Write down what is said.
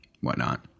whatnot